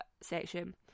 section